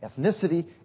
ethnicity